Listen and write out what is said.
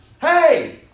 Hey